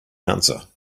answer